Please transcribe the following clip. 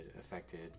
affected